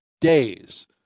days